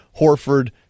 Horford